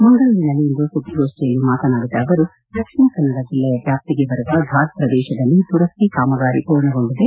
ಮಂಗಳೂರಿನಲ್ಲಿ ಇಂದು ಸುದ್ದಿಗೋಷ್ಠಿಯಲ್ಲಿ ಮಾತನಾಡಿದ ಅವರು ದಕ್ಷಿಣ ಕನ್ನಡ ಜಿಲ್ಲೆಯ ವ್ಯಾಪ್ತಿಗೆ ಬರುವ ಫಾಟ್ ಪ್ರದೇತದಲ್ಲಿ ದುರಸ್ತಿ ಕಾಮಗಾರಿ ಪೂರ್ಣಗೊಂಡಿದೆ